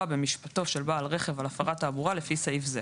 במשפטו של בעל רכב על הפרת תעבורה לפי סעיף זה",